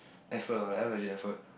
effort ah that one legit effort